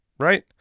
Right